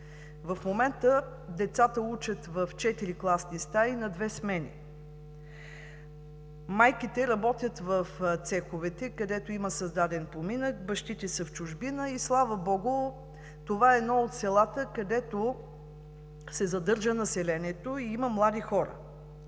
В момента децата учат в четири класни стаи на две смени. Майките работят в цеховете, където има създаден поминък, бащите са в чужбина и слава Богу, това е едно от селата, където се задържа населението и има млади хора.